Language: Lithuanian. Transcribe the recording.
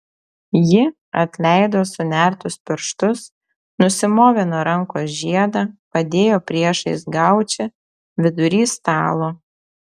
ji atleido sunertus pirštus nusimovė nuo rankos žiedą padėjo priešais gaučį vidury stalo